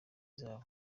zabo